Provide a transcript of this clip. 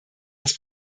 das